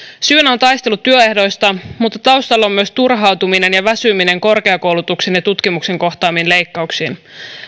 syynä on taistelu työehdoista mutta taustalla on myös turhautuminen ja väsyminen korkeakoulutuksen ja tutkimuksen kohtaamiin leikkauksiin